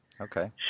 Okay